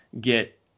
get